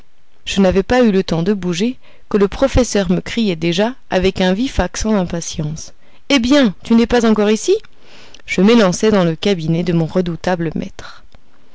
je n'avais pas eu le temps de bouger que le professeur me criait déjà avec un vif accent d'impatience eh bien tu n'es pas encore ici je m'élançai dans le cabinet de mon redoutable maître